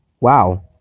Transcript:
Wow